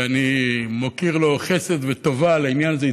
שאני מוקיר לו חסד וטובה על העניין הזה,